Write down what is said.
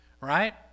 Right